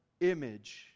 image